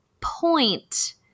point